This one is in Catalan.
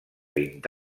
vint